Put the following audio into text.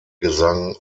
gesang